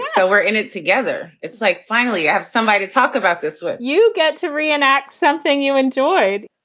ah we're in it together it's like finally you have somebody to talk about this when you get to reenact something you enjoyed.